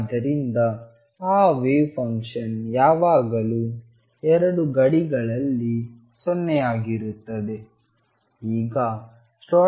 ಆದ್ದರಿಂದ ಆ wave function ಯಾವಾಗಲೂ ಎರಡು ಗಡಿಗಳಲ್ಲಿ 0 ಆಗಿರುತ್ತದೆ